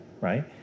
right